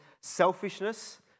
selfishness